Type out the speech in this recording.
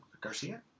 Garcia